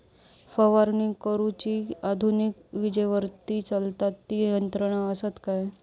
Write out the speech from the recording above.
फवारणी करुची आधुनिक विजेवरती चलतत ती यंत्रा आसत काय?